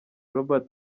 robert